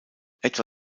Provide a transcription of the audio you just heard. etwa